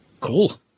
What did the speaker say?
Cool